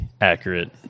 accurate